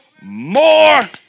More